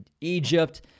Egypt